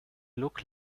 look